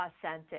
authentic